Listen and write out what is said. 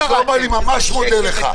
שלמה, אני ממש מודה לך.